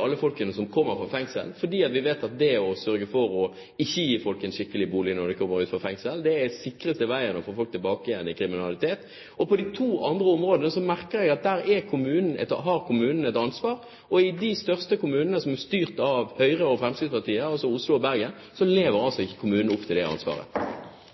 alle folkene som kommer fra fengsel, for vi vet at det å sørge for å ikke gi folk en skikkelig bolig når de kommer ut fra fengsel, er den sikreste veien å få folk tilbake i kriminalitet. På de to andre områdene mener jeg at der har kommunen et ansvar, og i de største kommunene, som er styrt av Høyre og Fremskrittspartiet – altså Oslo og Bergen – lever